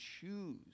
choose